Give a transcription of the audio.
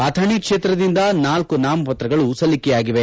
ಅಥಣಿ ಕ್ಷೇತ್ರದಿಂದ ನಾಲ್ಲು ನಾಮಪತ್ರಗಳು ಸಲ್ಲಿಕೆಯಾಗಿವೆ